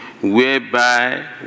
whereby